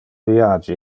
viage